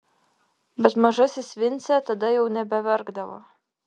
bet mažasis vincė tada jau nebeverkdavo